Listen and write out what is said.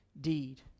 deed